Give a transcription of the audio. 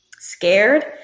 scared